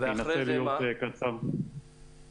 אני אשתדל להיות קצר ותכליתי.